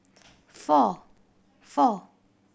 four